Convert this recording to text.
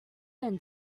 than